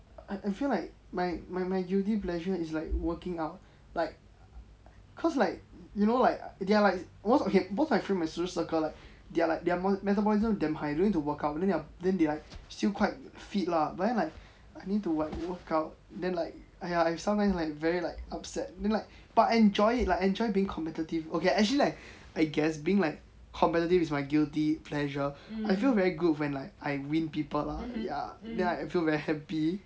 I feel like my my guilty pleasure is like working out like cause like you know like they are like most of okay most of my social circle like they are like their metabolism damn high don't need to work out then their then they like still quite fit lah but then like I need to like work out then like !aiya! I sometimes like very like upset then like but enjoy it like enjoy being competitive okay actually I guess being like competitive is my guilty pleasure I feel very good when like I win people lah ya then I feel very happy